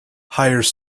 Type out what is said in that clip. hires